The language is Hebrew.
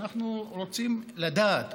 אנחנו רוצים לדעת,